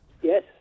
Yes